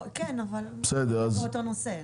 כן אבל --- אותו נושא.